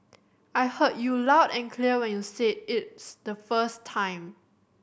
I heard you loud and clear when you said it's the first time